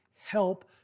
help